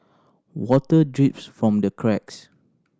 water drips from the cracks